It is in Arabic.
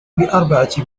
بأربعة